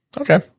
Okay